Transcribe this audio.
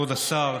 כבוד השר,